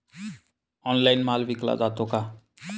Online माल विकला जातो का?